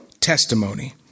Testimony